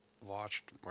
watched